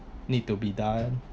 need to be done